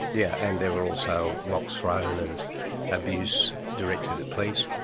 yeah and there were also rocks thrown and abuse directed at police.